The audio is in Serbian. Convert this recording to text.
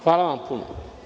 Hvala vam puno.